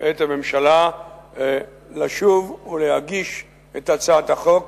את הממשלה לשוב ולהגיש את הצעת החוק